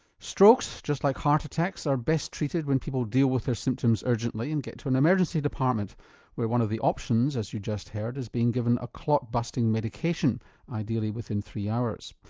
strokes, just like heart attacks, are best treated when people deal with their symptoms urgently and get to an emergency department where one of the options, as you just heard, is being given a clot busting medication ideally within three hours.